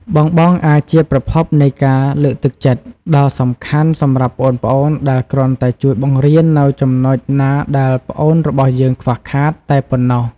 បងៗអាចជាប្រភពនៃការលើកទឹកចិត្តដ៏សំខាន់សម្រាប់ប្អូនៗដែលគ្រាន់តែជួយបង្រៀននូវចំណុចណាដែលប្អូនរបស់យើងខ្វះខាតតែប៉ុណ្ណោះ ។